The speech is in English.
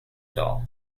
doll